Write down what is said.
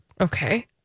Okay